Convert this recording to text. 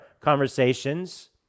conversations